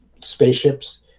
spaceships